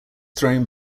thrown